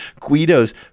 Guido's